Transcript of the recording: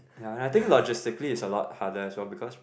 ya and I think logistically is a lot harder as well because